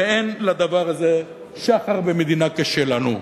ואין לדבר הזה שחר במדינה כשלנו.